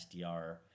SDR